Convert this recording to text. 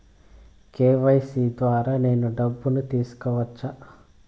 KYC ద్వారా నేను డబ్బును తీసుకోవచ్చా?